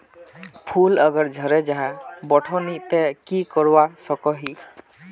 फूल अगर झरे जहा बोठो नी ते की करवा सकोहो ही?